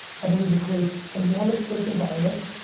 i believe it creates enormous fake environments.